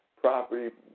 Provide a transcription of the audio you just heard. property